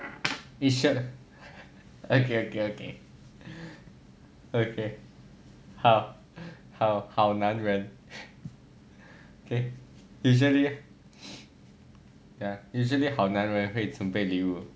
is a okay okay okay okay 好好好男人 usually ya usually 好男人会准备礼物